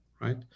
right